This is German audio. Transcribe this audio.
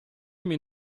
mir